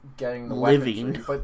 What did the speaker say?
living